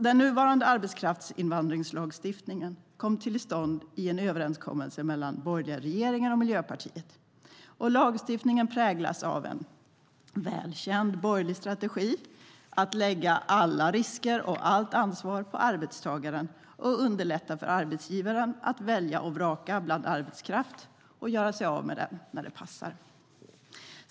Den nuvarande arbetskraftsinvandringslagstiftningen kom till stånd i en överenskommelse mellan den borgerliga regeringen och Miljöpartiet. Lagstiftningen präglas av en välkänd borgerlig strategi, att lägga alla risker och allt ansvar på arbetstagaren och underlätta för arbetsgivaren att välja och vraka bland arbetskraft och göra sig av med den när det passar.